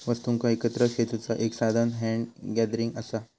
वस्तुंका एकत्र खेचुचा एक साधान हॅन्ड गॅदरिंग असा